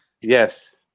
yes